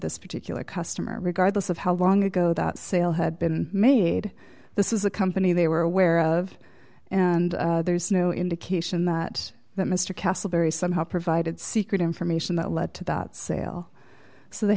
this particular customer regardless of how long ago that sale had been made this is a company they were aware of and there's no indication that that mr castlebury somehow provided secret information that led to that sale so they